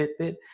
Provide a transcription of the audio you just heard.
Fitbit